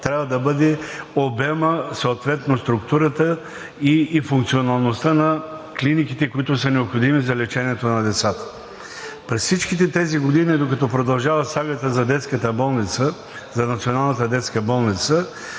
трябва да бъде обемът, съответно структурата и функционалността на клиниките, които са необходими за лечението на децата. През всичките тези години, докато продължава сагата за Националната детска болница,